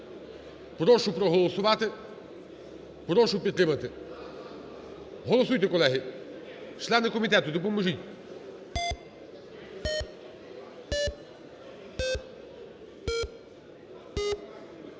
Прошу проголосувати, прошу підтримати. Голосуйте, колеги. Члени комітету, допоможіть.